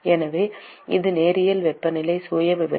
எனவே இது நேரியல் வெப்பநிலை சுயவிவரம்